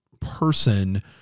person